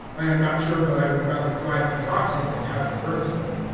i am not sure but i would rather drive the oxen than have a birthday.